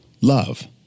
Love